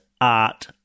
Art